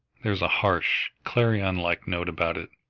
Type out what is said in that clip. there's a harsh, clarion-like note about it,